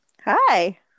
Hi